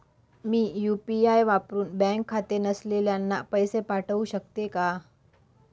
मी UPI वापरुन bank खाते नसलेल्यांना पैसे पाठवू शकते का?